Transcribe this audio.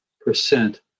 percent